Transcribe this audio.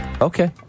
Okay